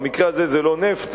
במקרה הזה זה לא נפט,